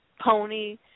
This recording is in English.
pony